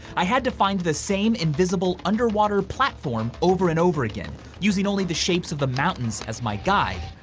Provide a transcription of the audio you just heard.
i had to find the same invisible underwater platform over and over again, using only the shapes of the mountains as my guide,